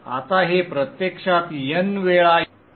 आता हे प्रत्यक्षात n वेळा Io आहे